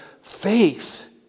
Faith